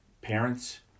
parents